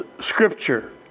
scripture